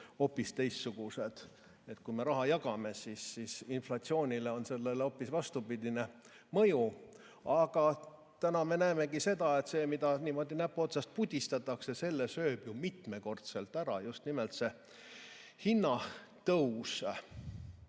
kui me raha jagame, siis inflatsioonile on sellel hoopis vastupidine mõju. Aga täna me näemegi seda, et selle, mida niimoodi näpu otsast pudistatakse, sööb ju mitmekordselt ära just nimelt see hinnatõus.